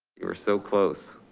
you were so close.